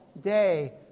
day